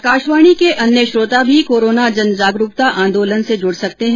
आकाशवाणी के अन्य श्रोता भी कोरोना जनजागरुकता आंदोलन से जुड सकते हैं